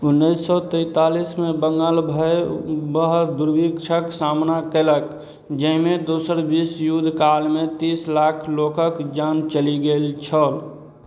उनैस सओ तेँतालिसमे बङ्गाल भयावह दुर्भिक्षके सामना कएलक जाहिमे दोसर विश्वयुद्ध कालमे तीस लाख लोकके जान चलि गेल छल